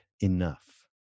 enough